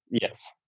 Yes